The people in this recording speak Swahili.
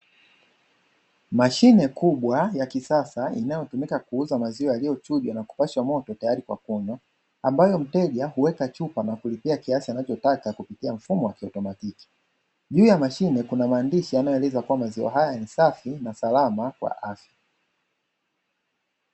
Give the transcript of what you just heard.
Mashine kubwa ya kisasa inayotumika kuuza maziwa yaliyochujwa na kupashwa moto tayari kwa kunywa, ambayo mteja huweka chupa na kulipia kiasi anachotaka kupitia mfumo wa kiatomatiki. Juu ya mashine kuna maandishi yanayoeleza maziwa haya ni safi na salama kwa afya.